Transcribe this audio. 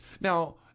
Now